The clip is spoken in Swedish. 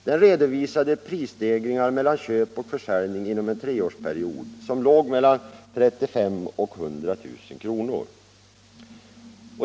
Den redovisade prisstegringar mellan köp och försäljning under en treårsperiod som låg mellan 35 000 och 100 000 kronor.